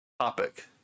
topic